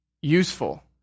useful